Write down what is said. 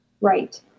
Right